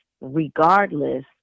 regardless